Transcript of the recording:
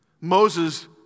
Moses